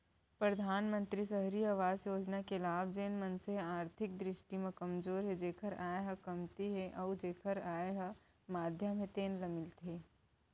परधानमंतरी सहरी अवास योजना के लाभ जेन मनसे ह आरथिक दृस्टि म कमजोर हे जेखर आय ह कमती हे अउ जेखर आय ह मध्यम हे तेन ल मिलथे